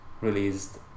released